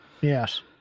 Yes